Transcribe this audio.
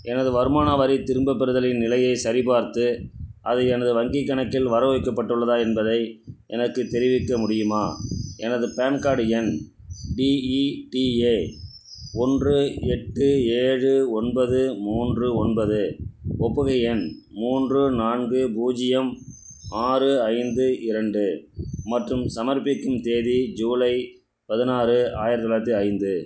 எனது வருமான வரித் திரும்பப் பெறுதலின் நிலையைச் சரிபார்த்து அது எனது வங்கிக் கணக்கில் வரவு வைக்கப்பட்டுள்ளதா என்பதை எனக்குத் தெரிவிக்க முடியுமா எனது பான் கார்டு எண் டி இ டி ஏ ஒன்று எட்டு ஏழு ஒன்பது மூன்று ஒன்பது ஒப்புகை எண் மூன்று நான்கு பூஜ்ஜியம் ஆறு ஐந்து இரண்டு மற்றும் சமர்ப்பிக்கும் தேதி ஜூலை பதினாறு ஆயிரத்தி தொள்ளாயிரத்தி ஐந்து